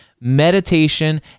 meditation